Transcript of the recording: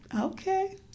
Okay